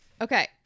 okay